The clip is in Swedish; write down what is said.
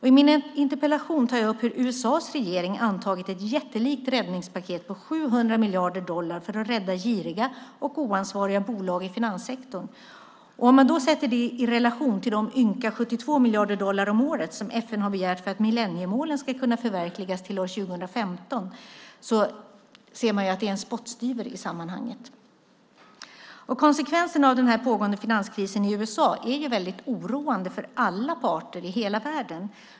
I min interpellation tar jag upp hur USA:s regering antagit ett jättelikt räddningspaket på 700 miljarder dollar för att rädda giriga och oansvariga bolag i finanssektorn. Om man sätter det i relation till de ynka 72 miljarder dollar om året som FN har begärt för att millenniemålen ska kunna förverkligas till år 2015 ser man att det är en spottstyver i sammanhanget. Konsekvensen av den pågående finanskrisen i USA är väldigt oroande för alla parter i hela världen.